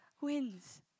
wins